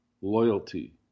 loyalty